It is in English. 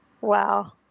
Wow